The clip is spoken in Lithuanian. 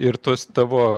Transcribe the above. ir tos tavo